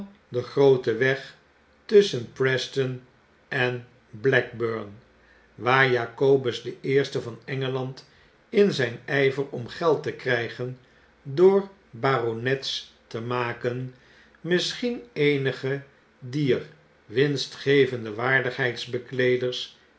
den grooten weg tusschen preston en blackburn waar jacobus de eerste van engeland in zijn yver om geld te krygen door baronets te maken misschien eenige dier winstgevende waardigheidsbekleeders